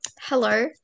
Hello